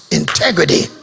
integrity